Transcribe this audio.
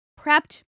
prepped